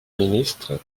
ministre